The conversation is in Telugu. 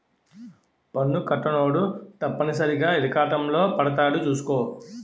పన్ను కట్టనోడు తప్పనిసరిగా ఇరకాటంలో పడతాడు సూసుకో